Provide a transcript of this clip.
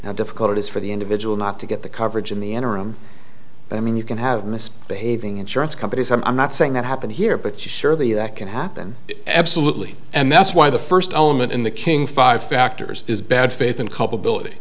how difficult it is for the individual not to get the coverage in the interim i mean you can have misbehaving insurance companies i'm not saying that happened here but surely that can happen absolutely and that's why the first element in the king five factors is bad faith and culpability